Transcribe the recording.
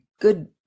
good